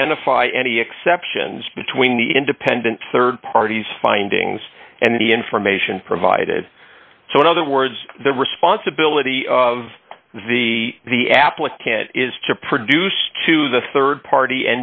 identify any exceptions between the independent rd parties findings and the information provided so in other words the responsibility of the the applique can is to produce to the rd party